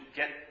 get